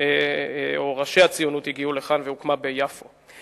או ראשי הציונות הגיעו לכאן, והוקם ביפו.